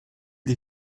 des